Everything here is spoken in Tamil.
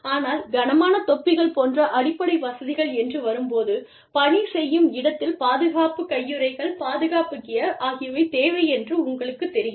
ஆனால் கனமான தொப்பிகள் போன்ற அடிப்படை வசதிகள் என்று வரும்போது பணி செய்யும் இடத்தில் பாதுகாப்பு கையுறைகள் பாதுகாப்பு கியர் ஆகியவை தேவை என்று உங்களுக்குத் தெரியும்